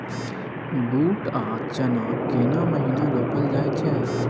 बूट आ चना केना महिना रोपल जाय छै?